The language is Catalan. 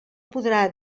podrà